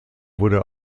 wurde